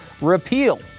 repeal